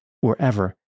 wherever